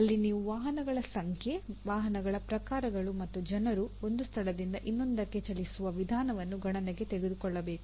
ಅಲ್ಲಿ ನೀವು ವಾಹನಗಳ ಸಂಖ್ಯೆ ವಾಹನಗಳ ಪ್ರಕಾರಗಳು ಮತ್ತು ಜನರು ಒಂದು ಸ್ಥಳದಿಂದ ಇನ್ನೊಂದಕ್ಕೆ ಚಲಿಸುವ ವಿಧಾನವನ್ನು ಗಣನೆಗೆ ತೆಗೆದುಕೊಳ್ಳಬೇಕು